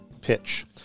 pitch